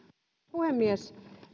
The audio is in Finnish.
puhemies